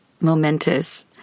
momentous